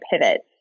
pivot